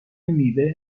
میوه